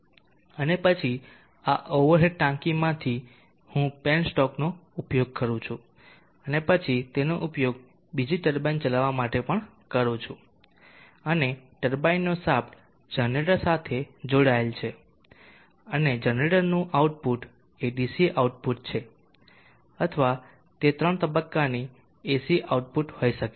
અને પછી આ ઓવર હેડ ટાંકીમાંથી હું પેનસ્ટોકનો ઉપયોગ કરું છું અને પછી તેનો ઉપયોગ બીજી ટર્બાઇન ચલાવવા માટે કરું છું અને ટર્બાઇનનો શાફ્ટ જનરેટર સાથે જોડાયેલ છે અને જનરેટરનું આઉટપુટ એ ડીસી આઉટપુટ છે અથવા તે 3 તબક્કાની AC આઉટપુટ હોઈ શકે છે